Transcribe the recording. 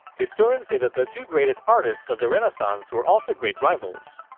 historians say that the two greatest artists of the renaissance were also great rivals.